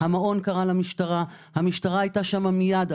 המעון קרא למשטרה והמשטרה הייתה שם מיד.